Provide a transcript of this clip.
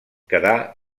quedà